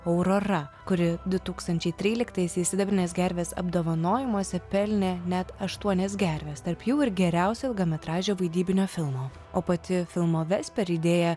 aurora kuri du tūkstančiai tryliktaisiais sidabrinės gervės apdovanojimuose pelnė net aštuonias gerves tarp jų ir geriausio ilgametražio vaidybinio filmo o pati filmo veper idėja